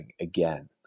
again